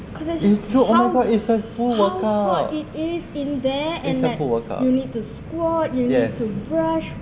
it's true oh my god it's a full workout it's a full workout yes